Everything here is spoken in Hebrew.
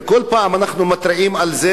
וכל פעם אנחנו מתריעים על זה,